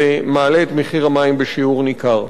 ומעלה את מחיר המים בשיעור ניכר,